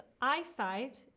eyesight